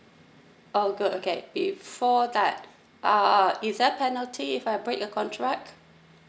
oh good okay before tie uh is there penalty if I break the contract